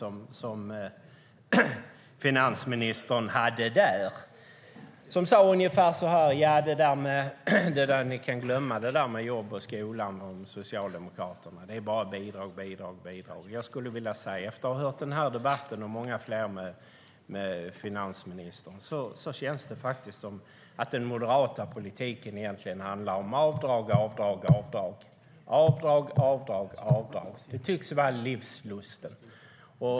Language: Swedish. Finansministern avslutade sitt resonemang med: Ni kan glömma det där med jobb, skola och Socialdemokraterna. Det är bara bidrag, bidrag, bidrag. Efter att ha hört den här och många fler debatter med finansministern känns det som att den moderata politiken handlar om avdrag, avdrag, avdrag. Det tycks vara livsluften.